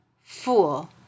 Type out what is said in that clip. Fool